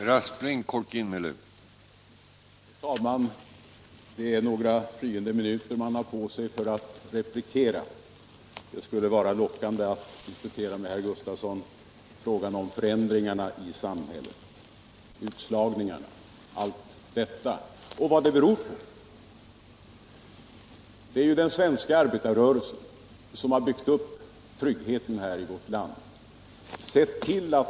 Herr talman! Jag har några flyende minuter på mig för att replikera. Det är lockande att diskutera med herr Gustavsson frågan om föränd ringarna i samhället, vad utslagningarna och allt detta beror på. Den svenska arbetarrörelsen har byggt upp tryggheten i vårt land.